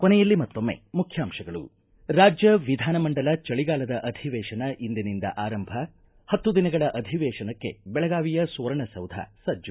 ಕೊನೆಯಲ್ಲಿ ಮತ್ತೊಮ್ಮೆ ಮುಖ್ಯಾಂಶಗಳು ರಾಜ್ಯ ವಿಧಾನ ಮಂಡಲ ಚಳಿಗಾಲದ ಅಧಿವೇಶನ ಇಂದಿನಿಂದ ಆರಂಭ ಪತ್ತು ದಿನಗಳ ಅಧಿವೇಶನಕ್ಕೆ ಬೆಳಗಾವಿಯ ಸುವರ್ಣಸೌಧ ಸಜ್ಜು